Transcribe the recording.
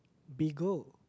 bagel